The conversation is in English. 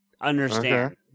understand